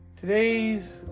Today's